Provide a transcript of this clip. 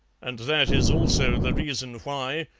and that is also the reason why,